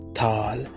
tall